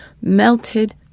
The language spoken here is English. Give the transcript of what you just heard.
melted